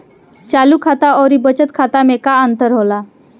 चालू खाता अउर बचत खाता मे का अंतर होला?